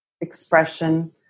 expression